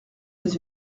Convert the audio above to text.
mais